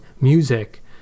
music